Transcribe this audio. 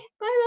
bye